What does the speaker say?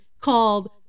called